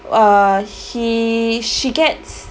uh he she gets